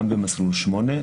גם במסלול 8,